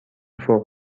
فوق